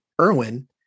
Irwin